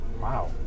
wow